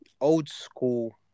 old-school